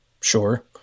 sure